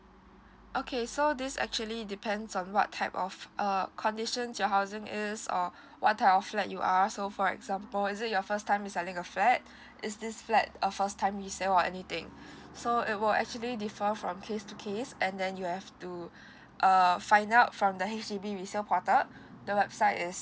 okay so this actually depends on what type of uh conditions your housing is or what type of flat you are so for example is it your first time you selling a flat is this flat uh first time resell or anything so it will actually differ from case to case and then you have to err find out from the H_D_B resale portal the website is